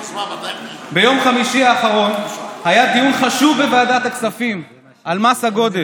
ביום חמישי האחרון היה דיון חשוב בוועדת הכספים על מס הגודש,